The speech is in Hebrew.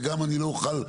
וגם אני לא אוכל,